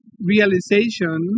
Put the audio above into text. realization